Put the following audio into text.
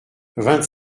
vingt